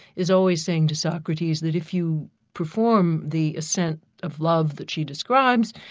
is always saying to socrates that if you perform the ascent of love that she describes,